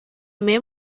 man